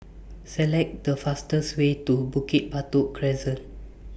Select The fastest Way to Bukit Batok Crescent